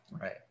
Right